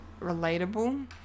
relatable